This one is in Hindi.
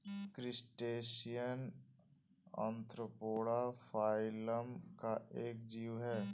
क्रस्टेशियन ऑर्थोपोडा फाइलम का एक जीव है